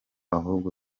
ahubwo